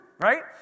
right